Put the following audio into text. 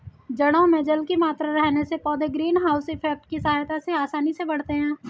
जड़ों में जल की मात्रा रहने से पौधे ग्रीन हाउस इफेक्ट की सहायता से आसानी से बढ़ते हैं